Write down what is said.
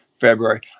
February